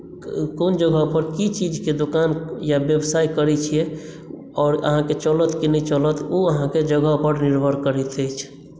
कोन जगहपर की चीजके दोकान या व्यवसाय करैत छियै आओर अहाँकेँ चलत कि नहि चलत ओ अहाँके जगहपर निर्भर करैत अछि